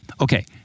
okay